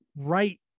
right